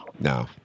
no